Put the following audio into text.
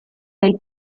del